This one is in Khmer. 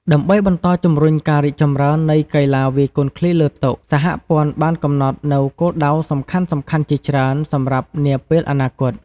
ដើម្បីបន្តជំរុញការរីកចម្រើននៃកីឡាវាយកូនឃ្លីលើតុ សហព័ន្ធបានកំណត់នូវគោលដៅសំខាន់ៗជាច្រើនសម្រាប់នាពេលអនាគត។